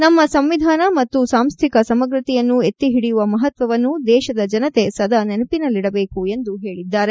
ನಮ್ಮ ಸಂವಿಧಾನ ಮತ್ತು ಸಾಂಸ್ಥಿಕ ಸಮಗ್ರತೆಯನ್ನು ಎತ್ತಿ ಹಿಡಿಯುವ ಮಹತ್ಸವನ್ನು ದೇಶದ ಜನತೆ ಸದಾ ನೆನಪಿನಲ್ಲಿದಬೇಕು ಎಂದು ಹೇಳಿದ್ದಾರೆ